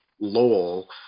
Lowell